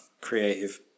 creative